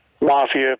mafia